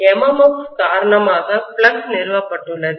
MMF காரணமாக flux நிறுவப்பட்டுள்ளது